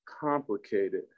complicated